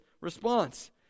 response